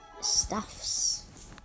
stuffs